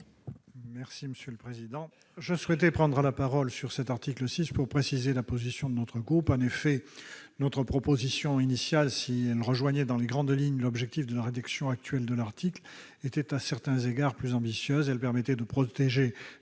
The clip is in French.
sur l'article. Je souhaitais prendre la parole sur cet article 6 pour préciser la position de notre groupe. En effet, notre proposition de loi initiale, si elle rejoignait dans les grandes lignes l'objectif de la rédaction actuelle de l'article, était, à certains égards, plus ambitieuse. Elle permettait de protéger